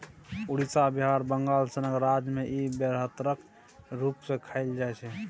उड़ीसा, बिहार, बंगाल सनक राज्य मे इ बेरहटक रुप मे खाएल जाइ छै